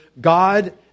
God